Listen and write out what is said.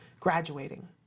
graduating